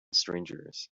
strangers